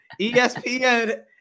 ESPN